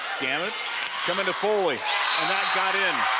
gamet coming to foley that got in.